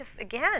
again